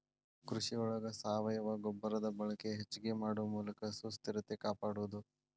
ಕೃಷಿ ಒಳಗ ಸಾವಯುವ ಗೊಬ್ಬರದ ಬಳಕೆ ಹೆಚಗಿ ಮಾಡು ಮೂಲಕ ಸುಸ್ಥಿರತೆ ಕಾಪಾಡುದು